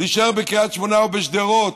להישאר בקריית שמונה או בשדרות